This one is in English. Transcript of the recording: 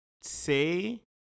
say